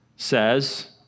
says